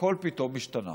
הכול פתאום השתנה.